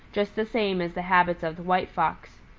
just the same as the habits of the white fox.